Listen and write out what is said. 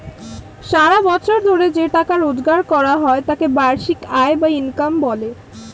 সারা বছর ধরে যে টাকা রোজগার হয় তাকে বার্ষিক আয় বা ইনকাম বলে